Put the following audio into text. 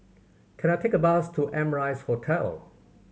can I take a bus to Amrise Hotel